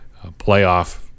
playoff